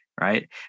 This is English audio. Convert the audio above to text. right